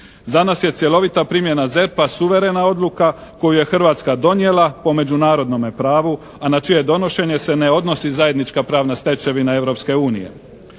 Za nas je cjelovita primjena ZERP-a suverena odluka koju je Hrvatska donijela po međunarodnome pravu, a na čije donošenje se ne odnosi zajednička pravna stečevina